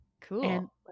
cool